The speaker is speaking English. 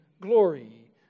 glory